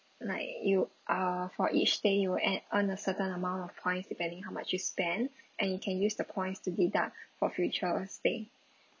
like you uh for each day you will add on a certain amount of points depending how much you spend and you can use the points to deduct for future stay